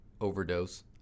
overdose